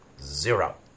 zero